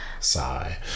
sigh